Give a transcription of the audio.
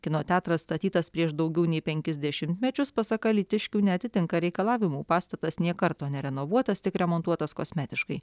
kino teatras statytas prieš daugiau nei penkis dešimtmečius pasak alytiškių neatitinka reikalavimų pastatas nė karto nerenovuotas tik remontuotas kosmetiškai